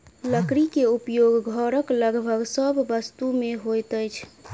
लकड़ी के उपयोग घरक लगभग सभ वस्तु में होइत अछि